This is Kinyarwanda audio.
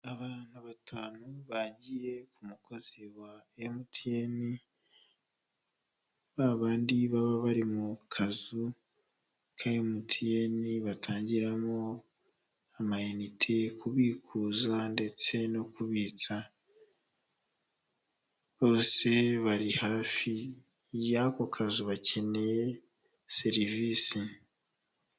Abantu batanu bagiye ku mukozi wa MTN, ba bandi baba bari mu kazu ka MTN batangiramo amayinite, kubikuza ndetse no kubitsa. Bose bari hafi y'ako kazu, bakeneye serivisi.